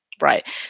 Right